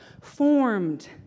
formed